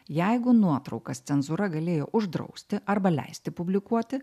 jeigu nuotraukas cenzūra galėjo uždrausti arba leisti publikuoti